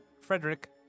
Frederick